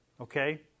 okay